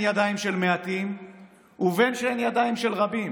ידיים של מעטים ובין שהן ידיים של רבים,